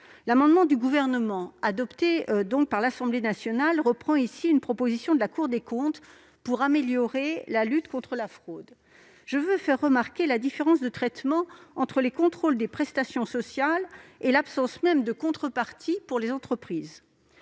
amendement du Gouvernement, reprend une proposition de la Cour des comptes pour améliorer la lutte contre la fraude. Je veux faire remarquer la différence de traitement entre le contrôle des prestations sociales et l'absence même de contrepartie pour les entreprises.